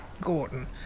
Gordon